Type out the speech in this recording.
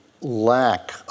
lack